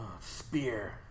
Spear